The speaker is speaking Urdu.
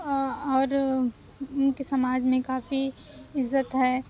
اور اوراُن کی سماج میں کافی عزت ہے